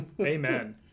Amen